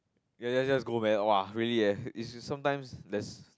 ya ya just go man !wah! really eh it's sometimes there's